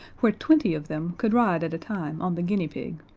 where twenty of them could ride at a time on the guinea pig,